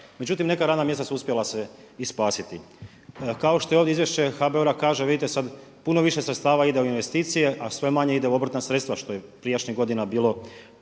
Međutim, neka radna mjesta su uspjela se i spasiti. Kao što ovdje izvješće HBOR-a kaže vidite sad puno više sredstva ide u investicije, a sve manje ide u obrtna sredstva što je prijašnjih godina bilo